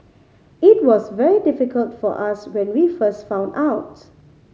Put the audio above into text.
it was very difficult for us when we first found out